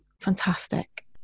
fantastic